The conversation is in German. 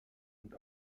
und